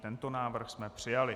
I tento návrh jsme přijali.